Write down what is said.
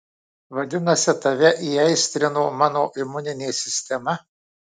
vadinasi tave įaistrino mano imuninė sistema